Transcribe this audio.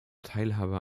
teilhaber